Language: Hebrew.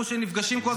וגם לא תגיע.